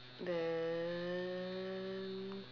then